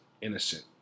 innocent